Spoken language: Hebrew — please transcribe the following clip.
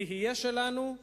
תהיה שלנו,